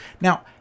Now